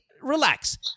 relax